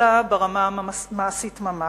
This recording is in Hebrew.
אלא ברמה המעשית ממש.